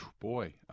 boy